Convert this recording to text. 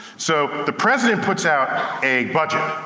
so the president puts out a budget,